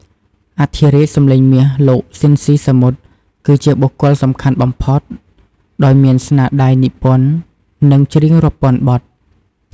អធិរាជសំឡេងមាស លោក ស៊ីន ស៊ីសាមុត គឺជាបុគ្គលសំខាន់បំផុត ដោយមានស្នាដៃនិពន្ធ និងច្រៀងរាប់ពាន់បទ។